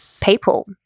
people